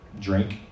drink